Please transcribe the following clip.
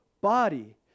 body